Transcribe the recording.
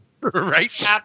Right